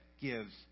gives